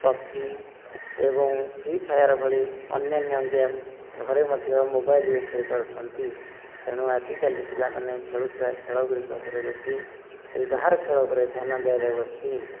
PUBG ଏବଂ Free Fire ଭଳି ଅନ୍ୟାନ ଗେମ ଘରେ ମଧ୍ୟ ମୋବାଇଲ ରେ ଖେଳି ପାରୁଛନ୍ତି ତେଣୁ ଆଜିକାଲି ପିଲାମାନେ ଖେଳୁଥିବା ଖେଳ ଗୁଡ଼ିକ ଉପରେ ବେଶୀ ଏହି ବାହାର ଖେଳ ଉପରେ ଧ୍ୟାନ ଦିଆଯାଉଅଛି